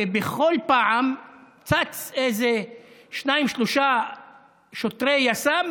ובכל פעם צצו איזה שניים-שלושה שוטרי יס"מ,